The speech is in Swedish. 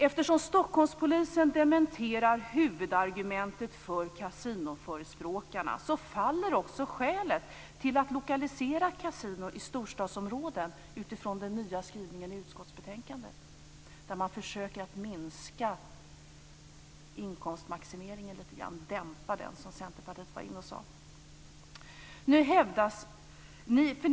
Eftersom Stockholmspolisen dementerar huvudargumentet för kasinoförespråkarna, faller också skälet till att lokalisera kasinon i storstadsområden, utifrån den nya skrivningen i utskottsbetänkandet där man försöker att minska inkomstmaximeringen lite grann, att dämpa den, som man sade från Centerpartiet.